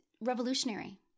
Revolutionary